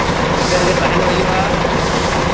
ᱚᱱᱛᱮ ᱨᱮᱜᱮ ᱛᱟᱦᱮᱱ ᱦᱩᱭᱩᱜᱼᱟ